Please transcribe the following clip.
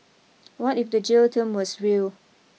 what if the jail term was real